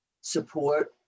support